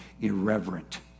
irreverent